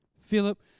philip